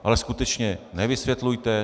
Ale skutečně nevysvětlujte.